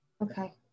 okay